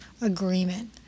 agreement